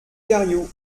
cariou